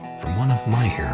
from one of my